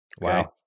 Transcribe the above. Wow